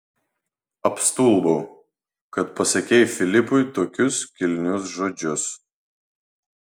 apstulbau kad pasakei filipui tokius kilnius žodžius